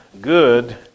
good